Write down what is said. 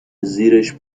زیرش